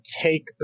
take